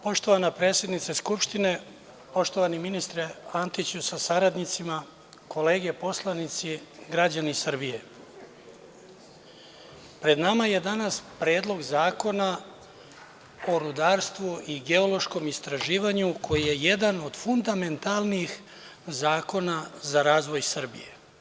Poštovana predsednice Skupštine, poštovani ministre Antiću sa saradnicima, kolege poslanici, građani Srbije, pred nama je danas Predlog zakona o rudarstvu i geološkom istraživanju koji je jedan od fundamentalnih zakona za razvoj Srbije.